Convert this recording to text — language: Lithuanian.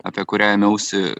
apie kurią ėmiausi